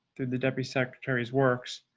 the deputy secretary is works.